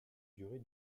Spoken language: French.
durée